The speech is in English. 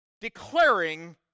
declaring